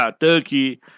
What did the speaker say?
Turkey